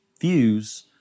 views